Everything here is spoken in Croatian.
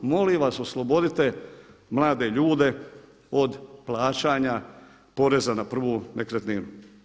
Molim vas oslobodite mlade ljude od plaćanja poreza na prvu nekretninu.